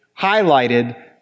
highlighted